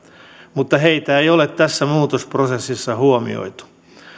mutta heitä ei ole tässä muutosprosessissa huomioitu